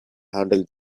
handle